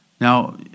Now